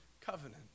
covenant